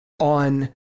on